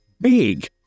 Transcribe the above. Big